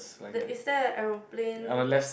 the is there a aeroplane